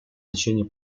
течение